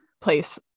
place